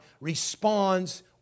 responds